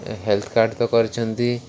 health card ତ କରିଛନ୍ତି